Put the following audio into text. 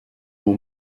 mon